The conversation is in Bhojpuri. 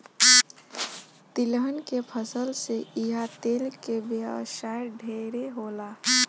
तिलहन के फसल से इहा तेल के व्यवसाय ढेरे होला